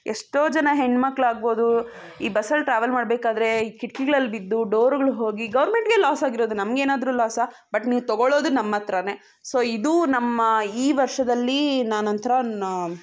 ಎಷ್ಟೋ ಜನ ಹೆಣ್ಮಕ್ಳು ಆಗ್ಬೋದು ಈ ಬಸ್ಸಲ್ಲಿ ಟ್ರಾವೆಲ್ ಮಾಡಬೇಕಾದ್ರೆ ಈ ಕಿಟ್ಕಿಗಳಲ್ಲಿ ಬಿದ್ದು ಡೋರುಗಳು ಹೋಗಿ ಗೌರ್ಮೆಂಟ್ಗೇ ಲಾಸ್ ಆಗಿರೋದು ನಮಗೇನಾದ್ರೂ ಲಾಸಾ ಬಟ್ ನೀವು ತಗೊಳೋದು ನಮ್ಮ ಹತ್ರಾನೇ ಸೊ ಇದು ನಮ್ಮ ಈ ವರ್ಷದಲ್ಲಿ ನಾನೊಂಥರ